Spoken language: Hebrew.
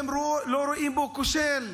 והם לא רואים בו שר כושל,